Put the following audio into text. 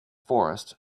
forest